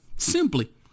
Simply